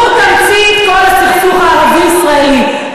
הוא תמצית כל הסכסוך הערבי ישראלי,